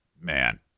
Man